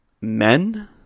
Men